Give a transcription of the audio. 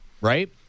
right